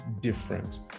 different